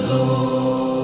Lord